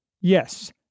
Yes